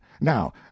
now